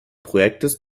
projekts